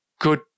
good